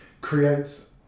creates